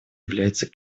является